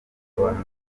abantu